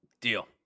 Deal